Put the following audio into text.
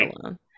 alone